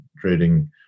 trading